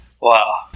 Wow